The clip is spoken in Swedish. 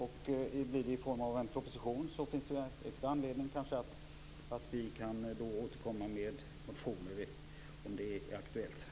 Blir det i form av en proposition, finns det kanske extra anledning för oss att återkomma med motioner om det blir aktuellt.